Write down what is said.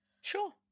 Sure